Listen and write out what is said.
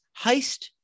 heist